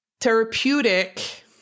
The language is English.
therapeutic